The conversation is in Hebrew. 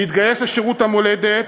להתגייס לשירות המולדת,